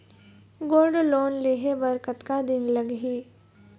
Gold loan लेहे बर कतका दिन लगही?